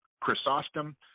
Chrysostom